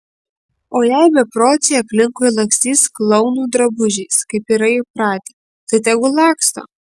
o jei bepročiai aplinkui lakstys klounų drabužiais kaip yra įpratę tai tegul laksto